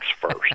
first